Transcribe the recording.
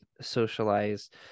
socialized